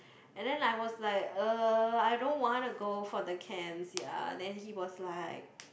and then I was like uh I don't wanna go for the camps ya then he was like